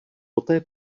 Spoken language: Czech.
poté